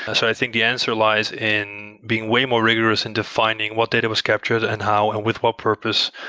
ah so i think the answer lies in being way more rigorous in defining what data was captured and how and with what purpose,